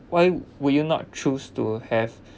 why would you not choose to have